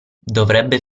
dovrebbe